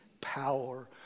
power